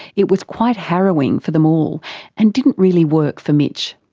it was quite harrowing for them all and didn't really work for mitch.